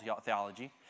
theology